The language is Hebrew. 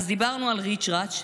דיברנו על ריצ'רץ'.